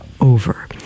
over